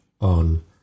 on